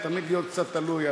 ותמיד להיות קצת תלוי,